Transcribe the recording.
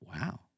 Wow